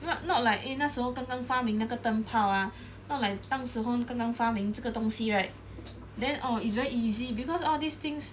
not not like eh 那时候刚刚发明那个灯泡啊 not like 当时候刚刚发明这个东西 right then orh it's very easy because all these things